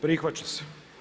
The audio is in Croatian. Prihvaća se.